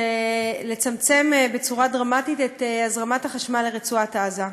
לצמצם בצורה דרמטית את הזרמת החשמל לרצועת עזה.